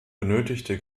benötigte